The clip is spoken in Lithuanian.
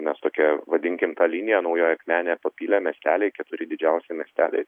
mes tokią vadinkim tą liniją naujoji akmenė papylė miesteliai keturi didžiausi miesteliai